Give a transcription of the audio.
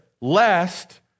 lest